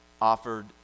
offered